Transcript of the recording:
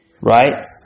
Right